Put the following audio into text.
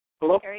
Hello